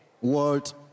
world